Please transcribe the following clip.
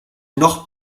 noch